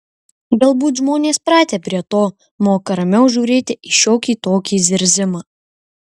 galbūt žmonės pratę prie to moka ramiau žiūrėti į šiokį tokį zirzimą